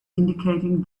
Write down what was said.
indicating